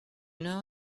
know